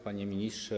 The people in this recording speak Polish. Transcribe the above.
Panie Ministrze!